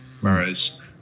whereas